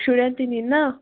شُرٮ۪ن تہِ نِنۍ نا